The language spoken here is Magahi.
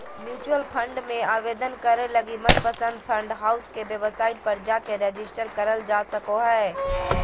म्यूचुअल फंड मे आवेदन करे लगी मनपसंद फंड हाउस के वेबसाइट पर जाके रेजिस्टर करल जा सको हय